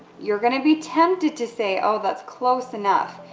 you're gonna be tempted to say, oh, that close enough.